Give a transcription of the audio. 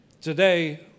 Today